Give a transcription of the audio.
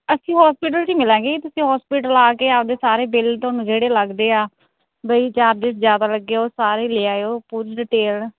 ਅਸੀਂ ਹੋਸਪਿਟਲ 'ਚ ਹੀ ਮਿਲਾਂਗੇ ਜੀ ਤੁਸੀਂ ਹੋਸਪਿਟਲ ਆ ਕੇ ਆਪਣੇ ਸਾਰੇ ਬਿੱਲ ਤੁਹਾਨੂੰ ਜਿਹੜੇ ਲੱਗਦੇ ਆ ਬਈ ਚਾਰਜਿਸ ਜ਼ਿਆਦਾ ਲੱਗੇ ਉਹ ਸਾਰੇ ਲੈ ਆਇਓ ਹੋ ਪੂਰੀ ਡਿਟੇਲ